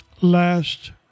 Last